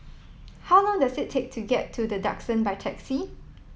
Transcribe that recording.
how long does it take to get to The Duxton by taxi